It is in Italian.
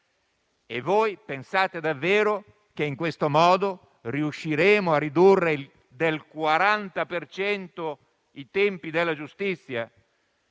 E voi pensate davvero che in questo modo riusciremo a ridurre del 40 per cento i tempi della giustizia?